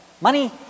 Money